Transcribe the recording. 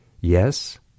Yes